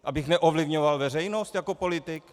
Abych neovlivňoval veřejnost jako politik?